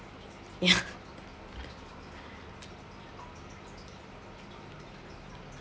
ya